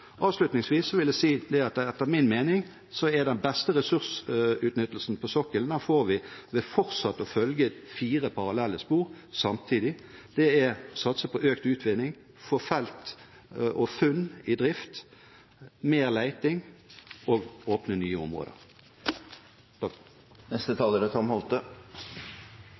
Avslutningsvis vil jeg si at den beste ressursutnyttelsen på sokkelen får vi etter min mening ved fortsatt å følge fire parallelle spor samtidig: satse på økt utvinning, få felt og funn i drift, mer leting og åpne nye områder.